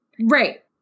Right